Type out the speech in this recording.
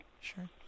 Sure